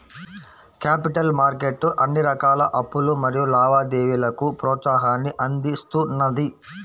capital market అన్ని రకాల అప్పులు మరియు లావాదేవీలకు ప్రోత్సాహాన్ని అందిస్తున్నది